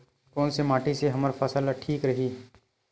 कोन से माटी से हमर फसल ह ठीक रही?